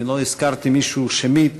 אם לא הזכרתי מישהו שמית,